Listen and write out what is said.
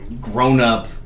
grown-up